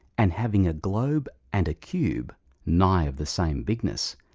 and having a globe and a cube nigh of the same bignes,